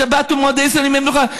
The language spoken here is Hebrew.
שבת ומועדים הם ימי מנוחה.